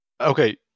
Okay